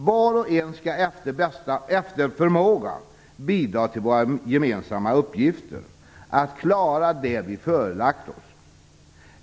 Var och en skall efter förmåga bidra till våra gemensamma uppgifter, att klara det vi har förelagt oss.